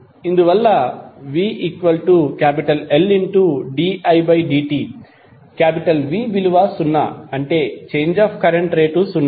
ఇందువలన vLdidt V విలువ సున్నా అంటే ఛేంజ్ ఆఫ్ కరెంట్ రేటు సున్నా